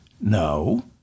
No